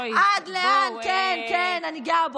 אוי, בואי, כן, כן, אני גאה בו.